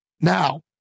Now